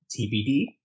TBD